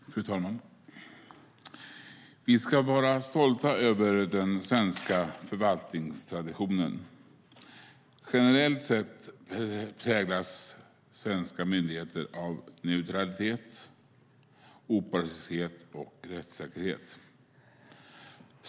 Fru talman! Vi ska vara stolta över den svenska förvaltningstraditionen. Generellt sett präglas svenska myndigheter av neutralitet, opartiskhet och rättssäkerhet.